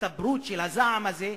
הצטברות של הזעם הזה,